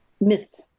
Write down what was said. myth